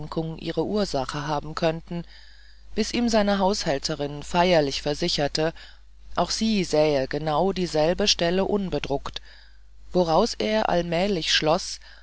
ihre ursache haben könnten bis ihm seine haushälterin feierlich versicherte auch sie sähe genau dieselben stellen unbedruckt woraus er allmählich schloß